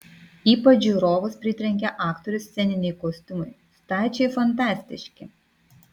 ypač žiūrovus pritrenkė aktorių sceniniai kostiumai stačiai fantastiški